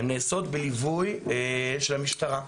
הן נעשות בליווי של המשטרה.